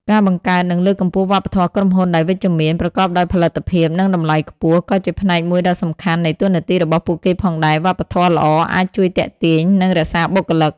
ការបង្កើត និងលើកកម្ពស់វប្បធម៌ក្រុមហ៊ុនដែលវិជ្ជមាន ប្រកបដោយផលិតភាព និងតម្លៃខ្ពស់ ក៏ជាផ្នែកមួយដ៏សំខាន់នៃតួនាទីរបស់ពួកគេផងដែរ វប្បធម៌ល្អអាចជួយទាក់ទាញ និងរក្សាបុគ្គលិក។